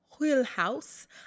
wheelhouse